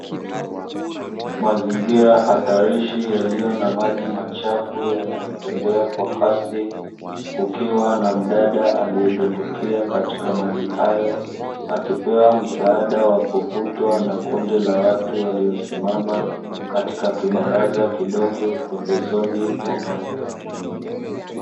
Mazingira hatarishi yaliyo na maji machafu yanayotembea kwa kasi, kukiwa na mdada aliyedumbukia katika maji hayo; akipewa msaada wa kuvutwa na kundi la watu waliosimama katika kibaraza kidogo pembezoni mwa maji.